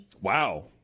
Wow